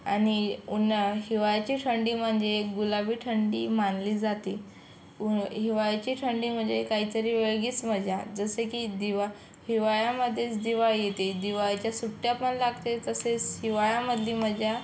आणि उन्हा हिवाळ्याची थंडी म्हणजे गुलाबी थंडी मानली जाते हिवाळ्याची थंडी म्हणजे काहीतरी वेगळीच मजा जसे की दिवा हिवाळ्यामध्येच दिवाळी येते दिवाळीच्या सुट्ट्या पण लागते तसेच हिवाळ्यामधी मजा